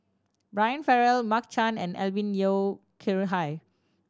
Brian Farrell Mark Chan and Alvin Yeo Khirn Hai